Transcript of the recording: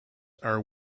are